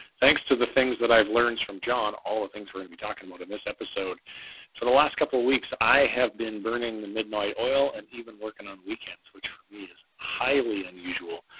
thanks to the things that i've learned from john, all the things we're going to be talking about in this episode for the last couple of weeks, i have been burning the midnight oil and even working on weekends, which for me is highly unusual.